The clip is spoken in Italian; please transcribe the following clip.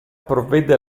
provvede